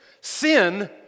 sin